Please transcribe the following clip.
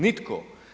Nitko.